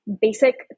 basic